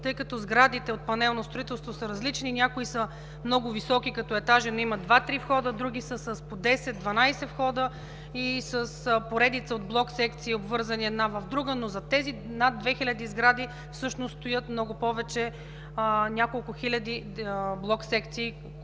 тъй като сградите от панелно строителство са различни. Някои са много високи като етажи, но имат два-три входа, други са с по 10-12 входа и с поредица от блок-секции, обвързани една в друга, но за тези над две хиляди сгради всъщност стоят много повече, няколко хиляди блок-секции,